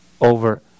over